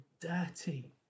dirty